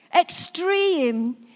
extreme